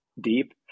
deep